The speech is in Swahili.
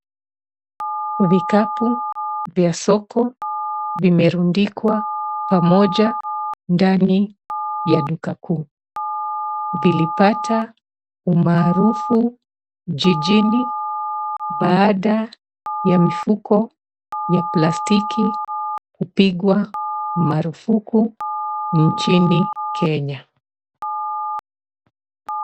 Vikapu vya soko vimerundikwa pamoja ndani ya duka kuu, vilipata umaarufu jijini baada ya mifuko ya plastiki kupigwa marufuku inchini Kenya.